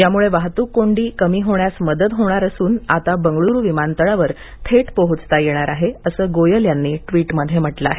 याम्ळे वाहत्क कोंडी कमी होण्यास मदत होणार असून आता बंगळ्रू विमानतळावर थेट पोहोचता येणार आहे असं गोयल यांनी टवीट मध्ये म्हटलं आहे